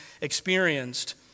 experienced